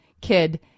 kid